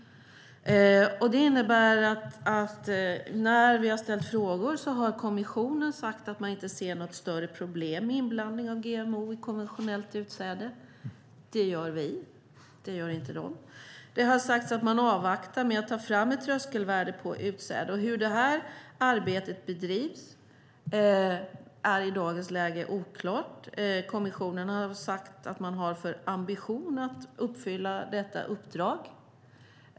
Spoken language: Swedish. Det innebär att när vi har ställt frågor har kommissionen sagt att man inte ser något större problem med inblandning av GMO i konventionellt utsäde. Det gör vi. Det gör inte de. Det har sagts att man avvaktar med att ta fram ett tröskelvärde på utsäde. Hur det arbetet bedrivs är i dagens läge oklart. Kommissionen har sagt att man har ambitionen att uppfylla detta uppdrag.